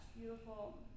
beautiful